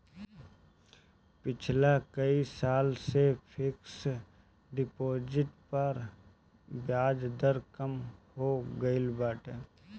पिछला कई साल से फिक्स डिपाजिट पअ बियाज दर कम हो गईल बाटे